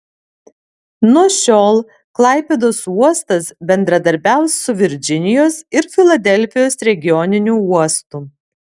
nuo šiol klaipėdos uostas bendradarbiaus su virdžinijos ir filadelfijos regioniniu uostu